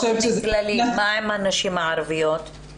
באופן כללי, מה עם הנשים הערביות?